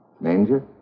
Manger